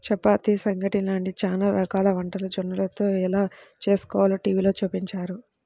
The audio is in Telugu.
చపాతీ, సంగటి లాంటి చానా రకాల వంటలు జొన్నలతో ఎలా చేస్కోవాలో టీవీలో చూపించారు